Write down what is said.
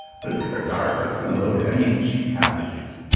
but it's kind of dark. that's kind of loaded. i mean, she has issues,